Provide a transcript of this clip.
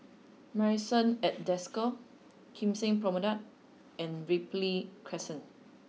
Marrison at Desker Kim Seng Promenade and Ripley Crescent